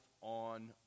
on